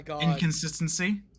inconsistency